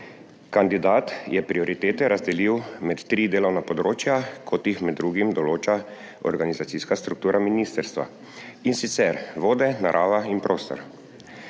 Kandidat je prioritete razdelil med tri delovna področja, kot jih med drugim določa organizacijska struktura ministrstva, in sicer vode, narava in prostor.